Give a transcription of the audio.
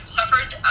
suffered